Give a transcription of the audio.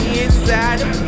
inside